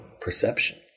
perception